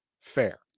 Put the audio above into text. fair